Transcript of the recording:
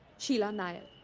sheila nayar.